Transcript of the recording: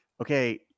Okay